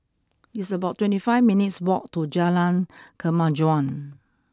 it's about twenty five minutes' walk to Jalan Kemajuan